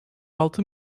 altı